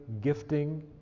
gifting